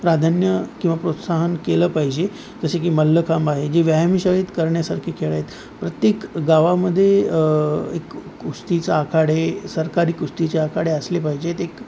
प्राधान्य किंवा प्रोत्साहन केलं पाहिजे जसे की मल्लखांब आहे जे व्यायामशाळेत करण्यासारखे खेळ आहेत प्रत्येक गावामध्ये एक कुस्तीचं आखाडे सरकारी कुस्तीचे आखाडे असले पाहिजेत एक